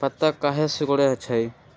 पत्ता काहे सिकुड़े छई?